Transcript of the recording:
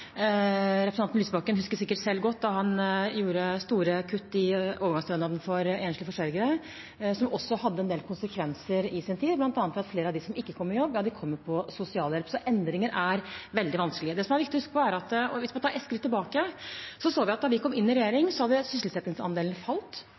Representanten Lysbakken husker sikkert selv godt da han gjorde store kutt i overgangsstønaden for enslige forsørgere, som også hadde en del konsekvenser i sin tid, bl.a. at flere av dem som ikke kom i jobb, kom på sosialhjelp. Så endringer er veldig vanskelig. Det som er viktig å huske på, hvis man tar et skritt tilbake, er at da vi kom inn i regjering,